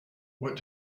what